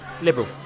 Liberal